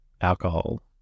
alcohol